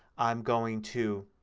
i'm going to